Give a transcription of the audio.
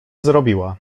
zrobiła